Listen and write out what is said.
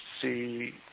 see